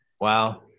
Wow